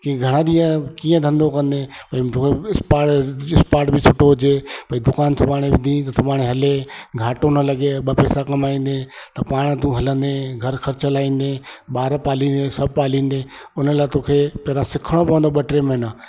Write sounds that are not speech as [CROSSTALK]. की घणा ॾींहं कीअं धंधो कंदे भई [UNINTELLIGIBLE] सुठो हुजे भई दुकानु संभाणे [UNINTELLIGIBLE] त सुभाणे हले घाटो न लॻे ॿ पैसा कमाईंदे त पाण तू हलंदे घर ख़र्चु लाहींदे ॿार पालिंदे सभु पालिंदे उन लाइ तोखे पहिरियां सिखिणो पवंदो ॿ टे महीना